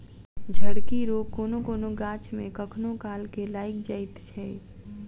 झड़की रोग कोनो कोनो गाछ मे कखनो काल के लाइग जाइत छै